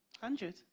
hundred